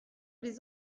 les